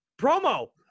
Promo